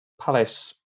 Palace